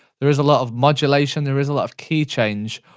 there is a lot of modulation, there is a lot of key change.